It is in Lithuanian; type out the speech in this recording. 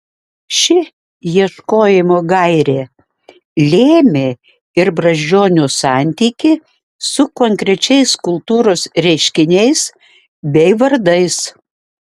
ši ieškojimo gairė lėmė ir brazdžionio santykį su konkrečiais kultūros reiškiniais bei vardais